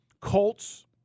Colts